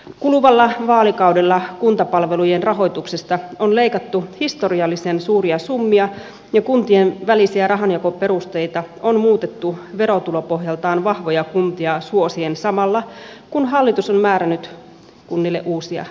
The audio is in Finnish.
kuluvalla vaalikaudella kuntapalvelujen rahoituksesta on leikattu historiallisen suuria summia ja kuntien välisiä rahanjakoperusteita on muutettu verotulopohjaltaan vahvoja kuntia suosien samalla kun hallitus on määrännyt kunnille uusia velvoitteita